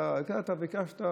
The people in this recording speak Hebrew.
אתה קראת, ביקשת.